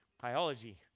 biology